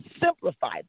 simplify